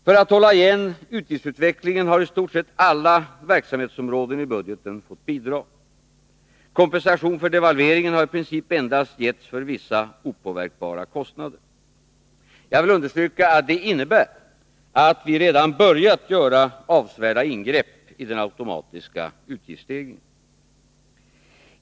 För att hålla igen utgiftsutvecklingen har i stort sett alla verksamhetsområden i budgeten fått bidra. Kompensation för devalveringen har i princip endast givits för vissa opåverkbara kostnader. Jag vill understryka att det innebär att vi redan börjat göra avsevärda ingrepp i den automatiska utgiftsstegringen.